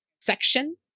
section